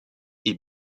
est